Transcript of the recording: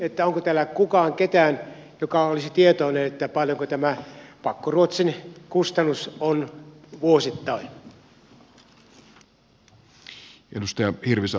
kysynkin onko täällä ketään joka olisi tietoinen paljonko tämä pakkoruotsin kustannus on vuosittain